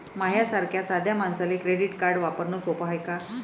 माह्या सारख्या साध्या मानसाले क्रेडिट कार्ड वापरने सोपं हाय का?